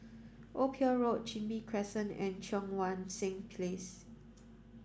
Old Pier Road Chin Bee Crescent and Cheang Wan Seng Place